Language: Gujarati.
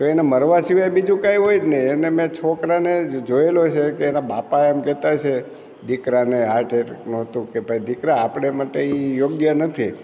તો એને મરવા સિવાય બીજું કંઈ હોય જ નહીં એને મેં છોકરાને જ જોયેલો છે કે એનાં બાપા એમ કહેતા છે દીકરાને હાર્ટ એટેક નોતું કે ભાઈ દીકરા આપણે માટે એ યોગ્ય નથી